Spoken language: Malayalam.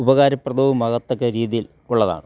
ഉപകാരപ്രദവുമാകത്തക്ക രീതിയിൽ ഉള്ളതാണ്